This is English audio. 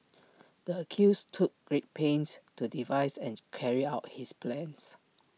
the accused took great pains to devise and to carry out his plan